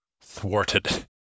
thwarted